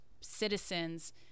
citizens